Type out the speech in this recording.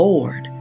Lord